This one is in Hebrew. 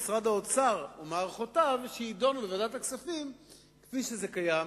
יש "שמור לי ואשמור לך" ויש מפה ועד הודעה חדשה דברים שצריכים לתקן.